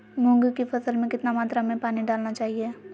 मूंग की फसल में कितना मात्रा में पानी डालना चाहिए?